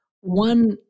One